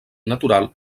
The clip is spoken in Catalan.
natural